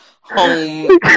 home